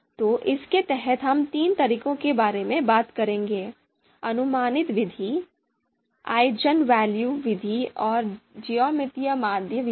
तो इसके तहत हम तीन तरीकों के बारे में बात करेंगे अनुमानित विधि आइजनवेल्यू विधि और ज्यामितीय माध्य विधि